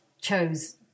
chose